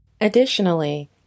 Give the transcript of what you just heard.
Additionally